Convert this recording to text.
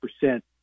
percent